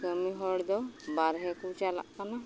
ᱠᱟᱹᱢᱤ ᱦᱚᱲ ᱫᱚ ᱵᱟᱨᱦᱮ ᱠᱚ ᱪᱟᱞᱟᱜ ᱠᱟᱱᱟ